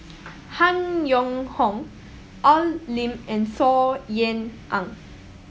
Han Yong Hong Al Lim and Saw Ean Ang